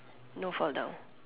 no fall down